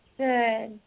Good